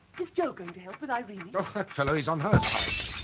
is jo going to help with irene. oh that fellow. he's on her side.